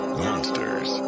monsters